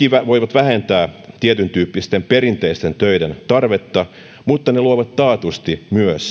voivat vähentää tietyntyyppisten perinteisten töiden tarvetta mutta ne luovat taatusti myös ihan uutta työtä